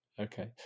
Okay